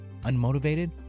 unmotivated